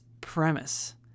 premise